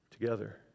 together